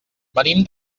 venim